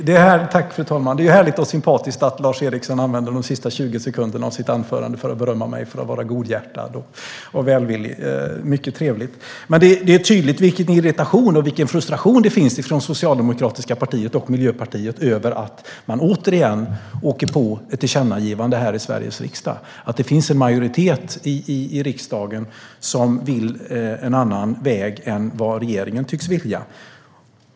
Fru talman! Det är härligt och sympatiskt att Lars Eriksson använder de sista 20 sekunderna av sitt anförande till att berömma mig för att vara godhjärtad och välvillig. Det är mycket trevligt. Men det är tydligt vilken irritation och frustration som har väckts från det socialdemokratiska partiet och Miljöpartiet över att man återigen åker på ett tillkännagivande här i Sveriges riksdag. Det finns en majoritet i riksdagen som vill ta en annan väg än vad regeringen tycks vilja.